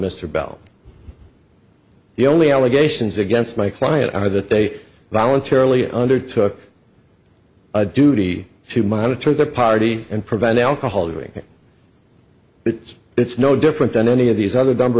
mr bell the only allegations against my client are that they voluntarily undertook a duty to monitor the party and provide alcohol doing it it's no different than any of these other dumper